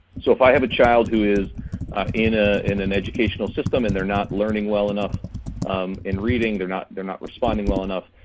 so if i have a child who is in ah in an educational system and they're not learning well enough in reading, they're not they're not responding well enough,